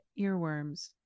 earworms